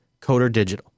CODERDIGITAL